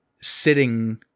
sitting